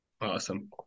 Awesome